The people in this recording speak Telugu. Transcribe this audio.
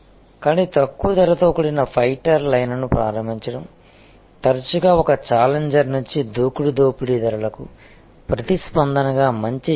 కానీ తక్కువ ధరతో కూడిన ఫైటర్ లైన్ను ప్రారంభించడం తరచుగా ఒక ఛాలెంజర్ నుంచి దూకుడు దోపిడీ ధరలకు ప్రతిస్పందనగా మంచి వ్యూహం